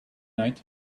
night